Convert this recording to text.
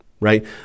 Right